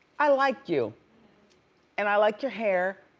i like you and i like your hair.